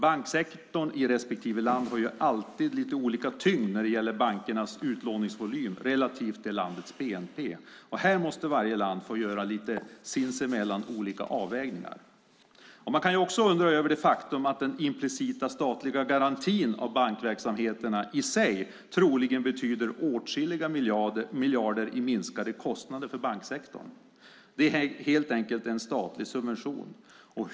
Banksektorn i respektive land har alltid lite olika tyngd när det gäller bankernas utlåningsvolym relativt det landets bnp. Här måste varje land få göra lite sinsemellan olika avvägningar. Man kan också undra över det faktum att den implicita statliga garantin av bankverksamheterna i sig troligen betyder åtskilliga miljarder i minskade kostnader för banksektorn. Det är helt enkelt en statlig subvention.